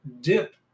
dip